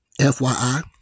FYI